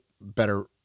better